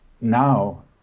now